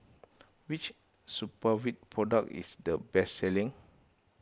which Supravit product is the best selling